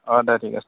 অ' দে ঠিক আছে